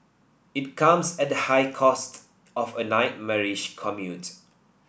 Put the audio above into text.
it comes at the high cost of a nightmarish commute